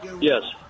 Yes